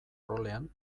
rolean